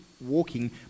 walking